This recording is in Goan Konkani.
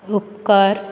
उपकर